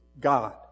God